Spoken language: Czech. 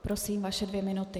Prosím, vaše dvě minuty.